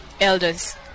elders